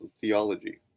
theology